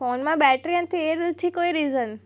ફોનમાં બેટરી નથી એ નથી કોઈ રીઝન